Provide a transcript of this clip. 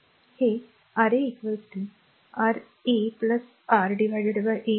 हे r Ra a a a R a R a a a मिळेल